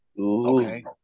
Okay